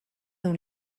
dans